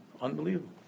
unbelievable